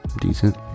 Decent